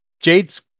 Jade's